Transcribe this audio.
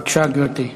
בבקשה, גברתי.